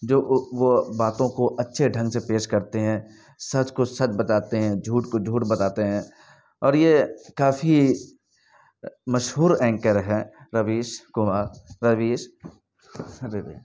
جو وہ باتوں کو اچھے ڈھنگ سے پیش کرتے ہیں سچ کو سچ بتاتے ہیں جھوٹ کو جھوٹ بتاتے ہیں اور یہ کافی مشہور اینکر ہیں رویش کمار رویش ارے رے